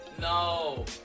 no